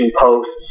posts